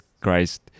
Christ